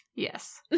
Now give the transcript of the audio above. Yes